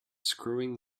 screwing